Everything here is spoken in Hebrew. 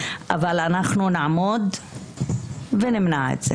אבל אנחנו נעמוד ונמנע את זה.